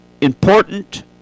important